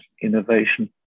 Innovation